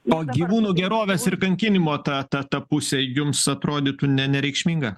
o gyvūnų gerovės ir kankinimo ta ta ta pusė jums atrodytų ne nereikšminga